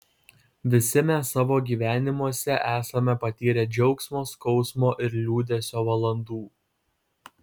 visi mes savo gyvenimuose esame patyrę džiaugsmo skausmo ir liūdesio valandų